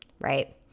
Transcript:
right